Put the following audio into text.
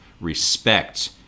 respect